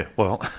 and well,